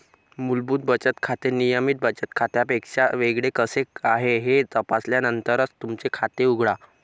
मूलभूत बचत खाते नियमित बचत खात्यापेक्षा वेगळे कसे आहे हे तपासल्यानंतरच तुमचे खाते उघडा